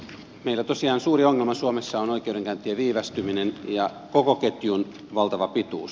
meillä tosiaan suuri ongelma suomessa on oikeudenkäyntien viivästyminen ja koko ketjun valtava pituus